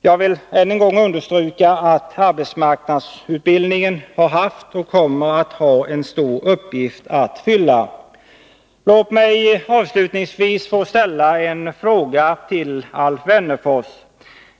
Jag vill än en gång understryka att arbetsmarknadsutbildningen har haft och kommer att ha en stor uppgift att fylla. Låt mig avslutningsvis få ställa en fråga till Alf Wennerfors.